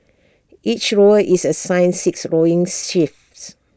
each rower is assigned six rowing shifts